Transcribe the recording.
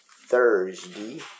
thursday